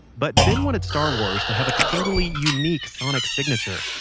but ben wanted star wars to have a totally unique sonic signature.